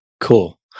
cool